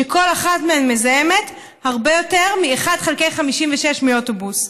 שכל אחת מהן מזהמת הרבה יותר מ-1:56 מאוטובוס.